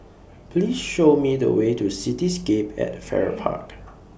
Please Show Me The Way to Cityscape At Farrer Park